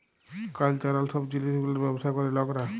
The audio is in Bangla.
কালচারাল সব জিলিস গুলার ব্যবসা ক্যরে লকরা